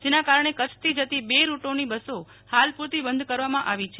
જેના કારણે કચ્છથી જતી બે રૂટોની બસો હાલ પુરતી બંધ કરવામાં આવી છે